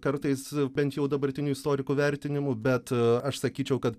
kartais bent jau dabartinių istorikų vertinimu bet aš sakyčiau kad